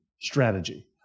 strategy